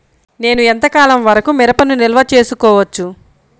నేను ఎంత కాలం వరకు మిరపను నిల్వ చేసుకోవచ్చు?